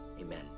amen